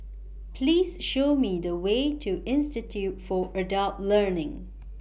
Please Show Me The Way to Institute For Adult Learning